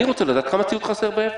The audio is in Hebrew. אני רוצה לדעת כמה ציוד חסר ואיפה,